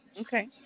Okay